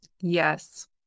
Yes